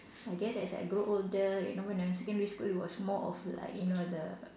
I guess as I grow older you know when I was secondary school it was more of like you know the